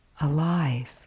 alive